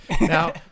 Now